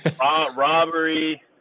robbery